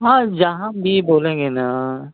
हाँ जहाँ भी बोलेंगे ना